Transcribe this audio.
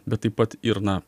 bet taip pat ir na